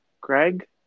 Greg